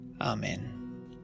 Amen